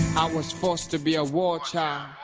i was forced to be a war child.